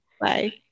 Bye